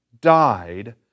died